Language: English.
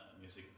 music